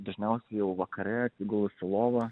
dažniau jau vakare atsigulus į lovą